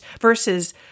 versus